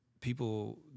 people